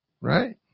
Right